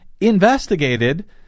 investigated